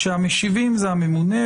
כשהמשיבים זה הממונה,